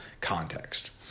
context